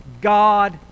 God